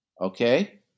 Okay